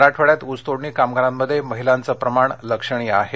मराठवाड्यात ऊस तोडणी कामगारांमध्ये महिलांचं प्रमाण लक्षणीय आहे